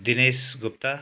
Dinesh Gupta